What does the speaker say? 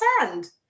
sand